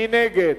מי נגד?